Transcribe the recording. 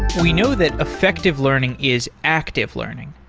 we know that effective learning is active learning.